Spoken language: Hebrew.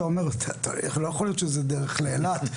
אתה אומר לא יכול שזה דרך לאילת,